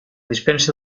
dispensa